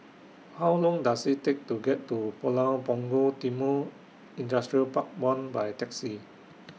How Long Does IT Take to get to Pulau Punggol Timor Industrial Park one By Taxi